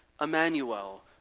Emmanuel